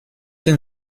denn